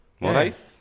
Nice